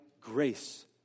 grace